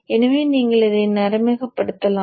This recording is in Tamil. எனவே நீங்கள் இதை நடைமுறைப்படுத்தலாம்